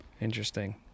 Interesting